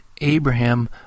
Abraham